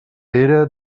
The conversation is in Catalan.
era